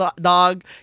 dog